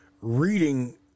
reading